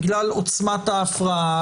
בגלל עוצמת ההפרעה,